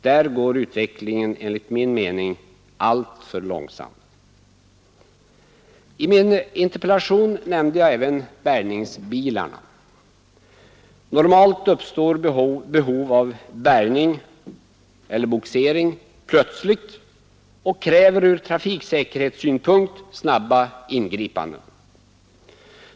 Där går utvecklingen enligt min mening alltför långsamt. I min interpellation nämnde jag även bärgningsbilarna. Normalt uppstår behov av bärgning eller bogsering plötsligt och kräver från trafiksäkerhetssynpunkt snabba ingripanden.